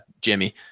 Jimmy